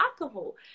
alcohol